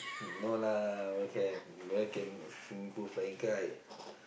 no lah where can where can swimming pool flying kite